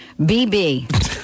BB